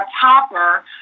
topper